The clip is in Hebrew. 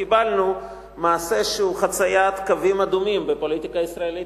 קיבלנו מעשה שהוא חציית קווים אדומים בפוליטיקה הישראלית.